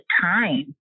time